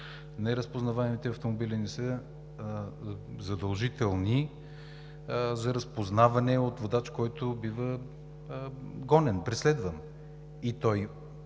неразпознаваемите автомобили не са задължителни за разпознаване от водач, който бива гонен, преследван